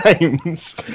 names